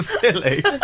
Silly